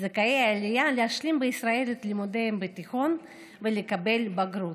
זכאי עלייה להשלים בישראל את לימודיהם בתיכון ולקבל בגרות,